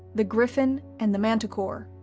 the griffin, and the manticore.